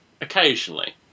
occasionally